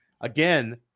Again